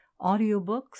audiobooks